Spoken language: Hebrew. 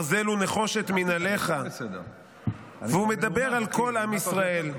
"ברזל ונחושת מנעליך"; והוא מדבר על כל עם ישראל: